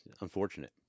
unfortunate